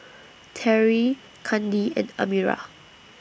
Terrie Kandi and Amira